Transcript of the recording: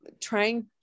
Trying